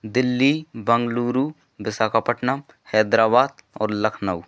दिल्ली बंगलुरु विशाखापटनम हैदरावाद और लखनऊ